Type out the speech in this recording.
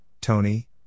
Tony